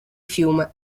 fiume